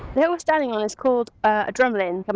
the hill we are standing on is called a drumlin, um